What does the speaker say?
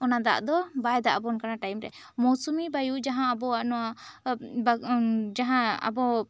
ᱚᱱᱟ ᱫᱟᱜ ᱫᱚ ᱵᱟᱭ ᱫᱟᱜ ᱟᱵᱚᱱ ᱠᱟᱱᱟ ᱴᱟᱭᱤᱢ ᱨᱮ ᱢᱳᱣᱥᱩᱢᱤ ᱵᱟᱭᱩ ᱡᱟᱦᱟᱸ ᱟᱵᱚᱣᱟᱜ ᱱᱚᱣᱟ ᱡᱟᱦᱟᱸ ᱟᱵᱚ